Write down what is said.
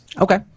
Okay